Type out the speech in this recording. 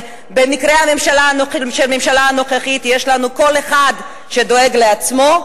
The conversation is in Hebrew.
ובמקרה של הממשלה הנוכחית יש לנו: כל אחד דואג לעצמו,